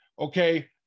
Okay